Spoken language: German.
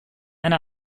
eine